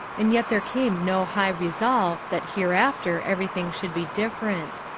and yet there came no high resolve that hereafter everything should be different.